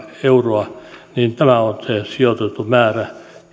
euroa joten tämä on se sijoitettu määrä